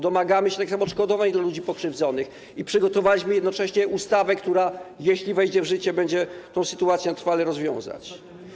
Domagamy się tak samo odszkodowań dla ludzi pokrzywdzonych i przygotowaliśmy jednocześnie ustawę, która, jeśli wejdzie w życie, będzie tę sytuację trwale rozwiązywać.